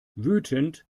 wütend